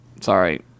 Sorry